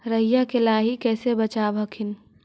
राईया के लाहि कैसे बचाब हखिन?